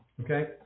okay